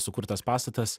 sukurtas pastatas